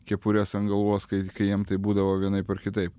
kepures ant galvos kai kai jiem tai būdavo vienaip ar kitaip